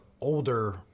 older